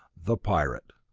the pirate